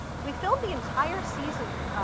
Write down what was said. we filmed the entire season,